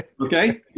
Okay